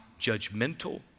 judgmental